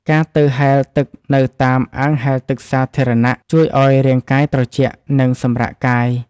ការទៅហែលទឹកនៅតាមអាងហែលទឹកសាធារណៈ ជួយឱ្យរាងកាយត្រជាក់ និងសម្រាកកាយ។